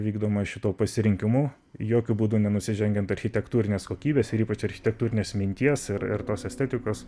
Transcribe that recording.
vykdoma šituo pasirinkimu jokiu būdu nenusižengiant architektūrinės kokybės ir ypač architektūrinės minties ir ir tos estetikos